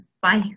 Bye